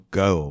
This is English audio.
go